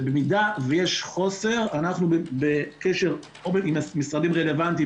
במידה ויש חוסר אנחנו בקשר עם משרדים רלבנטיים,